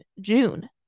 June